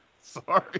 Sorry